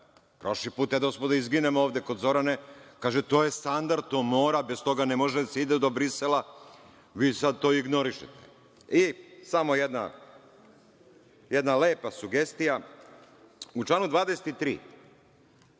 Prošli put, htedosmo da izginemo ovde kod Zorane, kaže, to je standard, to mora, bez toga ne može da se ide do Brisela, a vi to sada ignorišete. Samo jedna lepa sugestija, u članu 23.